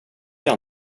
jag